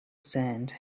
sand